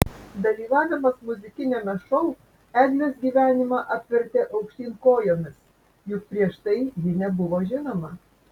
dalyvavimas muzikiniame šou eglės gyvenimą apvertė aukštyn kojomis juk prieš tai ji nebuvo žinoma